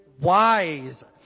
wise